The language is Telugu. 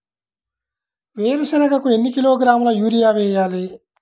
వేరుశనగకు ఎన్ని కిలోగ్రాముల యూరియా వేయాలి?